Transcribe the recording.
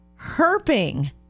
herping